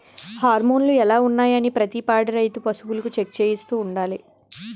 హార్మోన్లు ఎలా ఉన్నాయి అనీ ప్రతి పాడి రైతు పశువులకు చెక్ చేయిస్తూ ఉండాలి